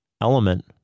element